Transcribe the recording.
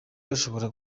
bashobora